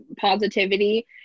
positivity